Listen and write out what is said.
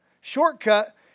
Shortcut